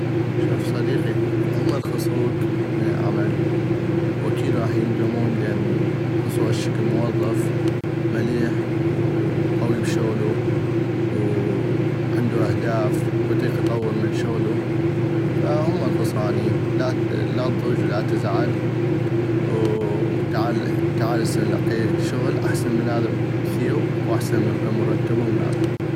شوف صديقي هما الخصغوك من العمل واكيد غاح يندمون لان خصغو هشكل موظف مليح وقوي بشغلو وعندو اهداف واطيق يطور من شغلو فهما الخصغانين لا تضوج ولا تزعل وتعال هسه نلقيلك شغل احسن من هذا بكثيغ واحسن مرتبو من هذا.